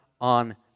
on